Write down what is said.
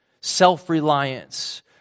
self-reliance